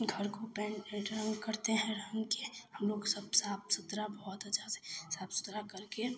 घर को पेन्ट उन्ट करते हैं रंग कर हमलोग सब साफ़ सुथरा बहुत अच्छा से साफ़ सुथरा करके